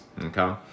okay